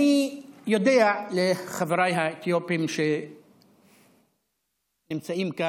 אני יודע, חבריי האתיופים שנמצאים כאן,